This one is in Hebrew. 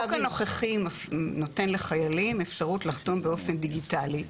החוק הנוכחי נותן לחיילים אפשרות לחתום באופן דיגיטלי.